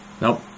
Nope